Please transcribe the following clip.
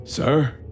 Sir